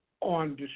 on